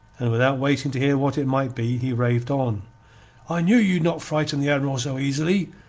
and without waiting to hear what it might be, he raved on i knew you not frighten the admiral so easy.